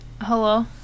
Hello